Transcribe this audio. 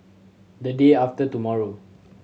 the day after tomorrow